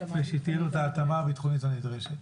ושתהיה לו את ההתאמה הביטחונית הנדרשת.